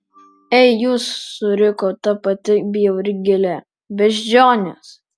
ei jūs suriko ta pati bjauri gėlė beždžionės